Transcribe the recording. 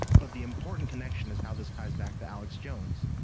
but, the important connection is how this ties back to alex jones.